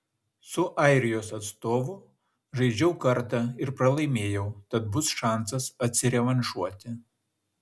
su airijos atstovu žaidžiau kartą ir pralaimėjau tad bus šansas atsirevanšuoti